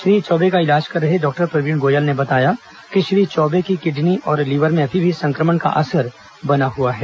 श्री चौबे का इलाज कर रहे डॉक्टर प्रवीण गोयल ने बताया कि श्री चौबे की किडनी और लीवर में अभी भी संक्रमण का असर बना हुआ है